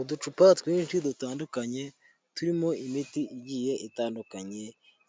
Uducupa twinshi dutandukanye turimo imiti igiye itandukanye